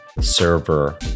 server